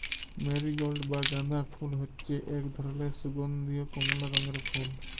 marigold বা গাঁদা ফুল হচ্যে এক ধরলের সুগন্ধীয় কমলা রঙের ফুল